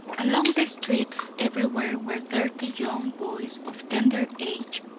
along the streets everywhere were dirty young boys of tender age,